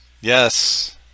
yes